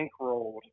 bankrolled